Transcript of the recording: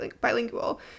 bilingual